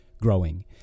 growing